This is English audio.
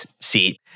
seat